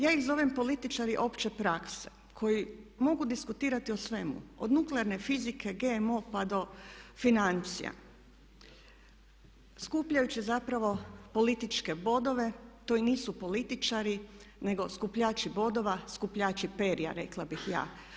Ja ih zovem političari opće prakse koji mogu diskutirati o svemu, od nuklearne fizike, GMO pa do financija, skupljajući zapravo političke bodove, to i nisu političari nego skupljači bodova, skupljači perja, rekla bih ja.